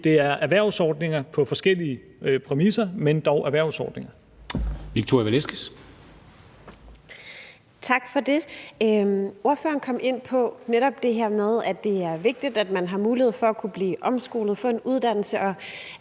det er erhvervsordninger på forskellige præmisser, men dog erhvervsordninger.